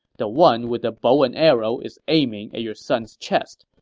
the one with the bow and arrow is aiming at your son's chest,